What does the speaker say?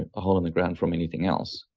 a hole in the ground from anything else,